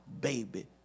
baby